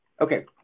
Okay